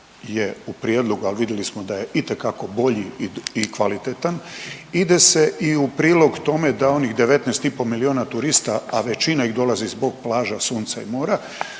u prijedlogu, a vidjeli smo da je itekako bolji i kvalitetan ide se i u prilog k tome da onih 19,5 milijuna turista, a većina ih dolazi zbog plaža, sunca i mora